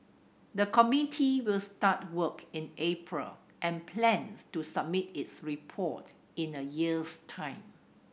the committee will start work in April and plans to submit its report in a year's time